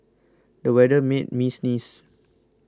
the weather made me sneeze